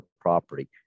property